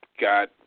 got